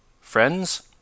Friends